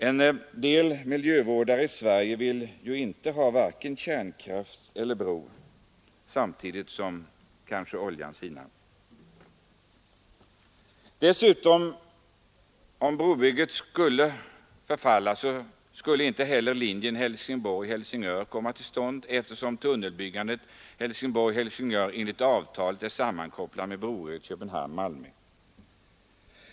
En del miljövårdare i Sverige vill inte ha vare sig kärnkraft eller bro, när oljan kanske nu sinar. Om brobygget skulle förfalla kommer dessutom inte heller linjen Helsingborg-—-Helsingör till stånd eftersom tunnelbyggandet Helsingborg— Helsingör enligt avtalet är sammankopplat med brobygget Köpenhamn— Malmö.